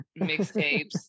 mixtapes